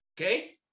okay